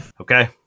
Okay